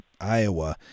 Iowa